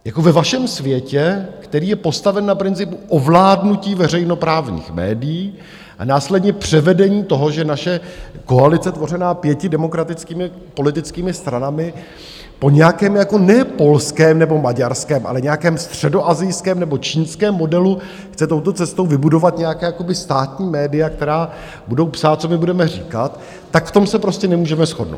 Jako ve vašem světě, který je postaven na principu ovládnutí veřejnoprávních médií a následně převedení toho, že naše koalice, tvořená pěti demokratickými politickými stranami, po nějakém jako ne polském nebo maďarském, ale nějakém středoasijském nebo čínském modelu chce touto cestou vybudovat nějaká jakoby státní média, která budou psát, co my budeme říkat, tak v tom se prostě nemůžeme shodnout.